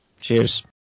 Cheers